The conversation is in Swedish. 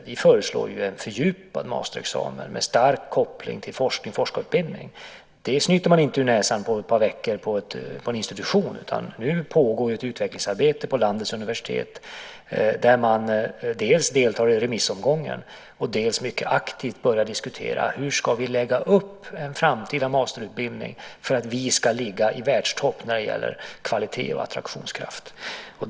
Vi föreslår ju en fördjupad masterexamen med stark koppling till forskning och forskarutbildning. Det snyter man inte ur näsan på ett par veckor på en institution. Nu pågår ett utvecklingsarbete på landets universitet där man dels deltar i remissomgången, dels mycket aktivt börjar diskutera hur vi ska lägga upp en framtida masterutbildning för att vi ska ligga i världstopp när det gäller kvalitet och attraktionskraft.